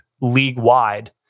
league-wide